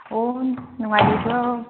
ꯑꯣ ꯅꯨꯡꯉꯥꯏꯔꯤꯕ꯭ꯔꯣ